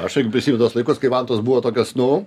aš irgi prisimenu tuos laikus kai vantos buvo tokios nu